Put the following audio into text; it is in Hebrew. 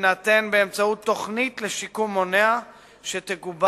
יינתן באמצעות תוכנית לשיקום מונע שתגובש